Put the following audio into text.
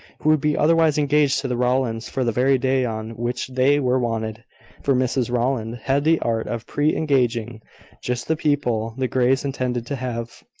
who would be otherwise engaged to the rowlands, for the very day on which they were wanted for mrs rowland had the art of pre-engaging just the people the greys intended to have.